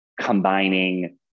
combining